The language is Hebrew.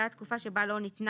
בעד תקופה שבה לא ניתנה,